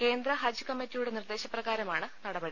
കേന്ദ്ര ഹജ്ജ് കമ്മിറ്റി യുടെ നിർദ്ദേശ പ്രകാരമാണ് നടപടി